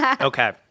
Okay